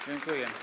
Dziękuję.